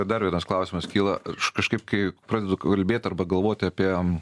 dar vienas klausimas kyla aš kažkaip kai pradedu kalbėt arba galvot apie